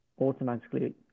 automatically